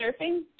surfing